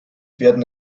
werden